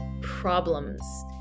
problems